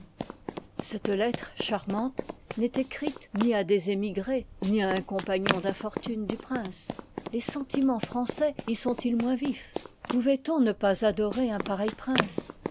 cette lettre charmante n'est écrite ni à des émigrés ni à un compagnon d'infortune du prince les sentimens français y sont-ils moins vifs pouvoit on ne pas adorer un pareil prince